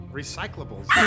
recyclables